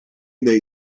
dai